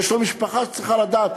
יש לו משפחה שצריכה לדעת,